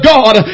God